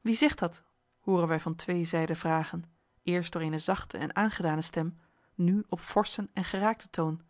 wie zegt dat hooren wij van twee zijden vragen eerst door eene zachte en aangedane stem nu op forschen en geraakten toon